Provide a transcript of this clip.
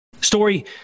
Story